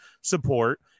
support